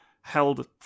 held